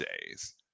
days